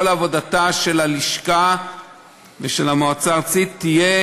העבודה של הלשכה ושל המועצה הארצית תהיה